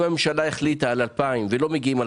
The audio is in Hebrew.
אם הממשלה החליטה על 2,000 ולא מגיעים 2,000,